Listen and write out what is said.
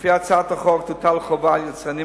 לפי הצעת החוק תוטל חובה על יצרנים